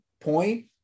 point